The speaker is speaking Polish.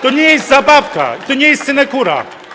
To nie jest zabawka, to nie jest synekura.